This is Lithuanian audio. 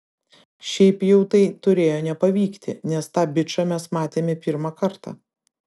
šiaip jau tai turėjo nepavykti nes tą bičą mes matėme pirmą kartą